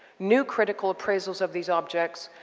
new critical appraisals of these objects